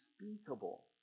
unspeakable